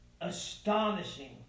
Astonishing